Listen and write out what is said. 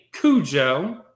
Cujo